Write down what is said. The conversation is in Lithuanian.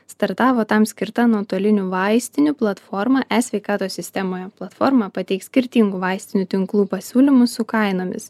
startavo tam skirta nuotolinių vaistinių platforma esveikatos sistemoje platforma pateiks skirtingų vaistinių tinklų pasiūlymus su kainomis